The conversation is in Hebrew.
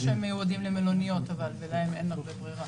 שמיועדים למלוניות אבל ולהם אין הרבה ברירה?